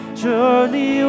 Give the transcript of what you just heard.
surely